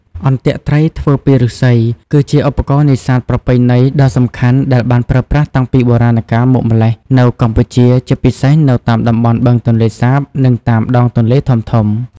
អន្ទាក់ត្រីធ្វើពីឫស្សី គឺជាឧបករណ៍នេសាទប្រពៃណីដ៏សំខាន់ដែលបានប្រើប្រាស់តាំងពីបុរាណកាលមកម្ល៉េះនៅកម្ពុជា ជាពិសេសនៅតាមតំបន់បឹងទន្លេសាប និងតាមដងទន្លេធំៗ។